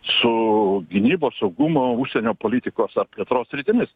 su gynybos saugumo užsienio politikos ar plėtros sritimis